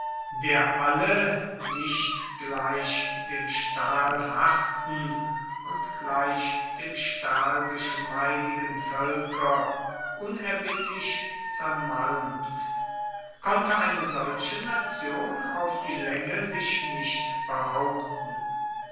der alle nicht gleich dem stahl harten und gleich dem stahl geschmeidigen völker unerbittlich zermalmt konnte eine solche nation auf die länge sich nicht behaupten